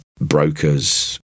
brokers